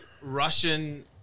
Russian